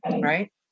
Right